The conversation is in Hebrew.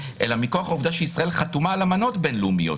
אלא מכוח העובדה שישראל חתומה על אמנות בין-לאומיות.